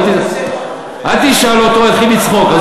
עזוב, אל, אל תשאל אותו, הוא יתחיל לצחוק.